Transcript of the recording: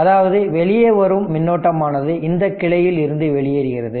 அதாவது வெளியே வரும் மின்னோட்டம் ஆனது இந்த கிளையில் இருந்து வெளியேறுகிறது